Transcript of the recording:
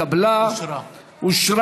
לדיון בהצעת חוק תאגידי מים וביוב בדבר